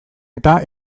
eta